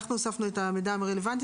אנחנו הוספנו את ה"מידע הרלוונטי".